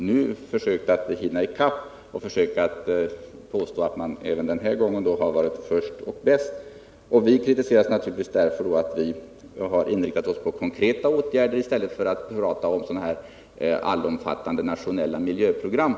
Nu försöker ni hinna i kapp och påstår att ni även denna gång har varit först och Energibesparande bäst. åtgärder i bostads Och vi kritiseras naturligtvis för att vi har inriktat oss på konkreta åtgärderi — hus, m.m. stället för att ansluta oss till socialdemokraternas förslag om allomfattande ”nationellt miljöprogram”.